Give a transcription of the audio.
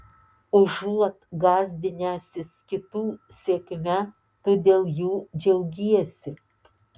užuot gąsdinęsis kitų sėkme tu dėl jų džiaugiesi